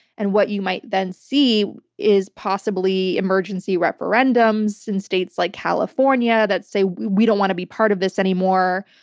and what you might then see is, possibly, emergency referendums in states like california that say, we we don't want to be part of this anymore.